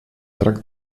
drac